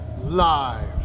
live